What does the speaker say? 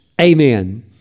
Amen